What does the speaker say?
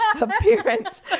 appearance